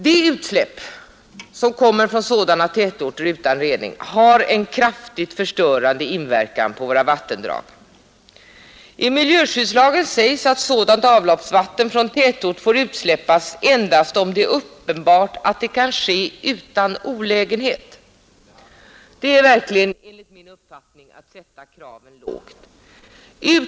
De utsläpp som kommer från sådana tätorter utan rening har en kraftigt förstörande inverkan på våra vattendrag. I miljöskyddslagen sägs att sådant avloppsvatten från tätort får utsläppas endast om det är uppenbart att det kan ske utan olägenhet. Det är enligt min uppfattning verkligen att sätta kraven lågt.